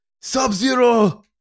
Sub-Zero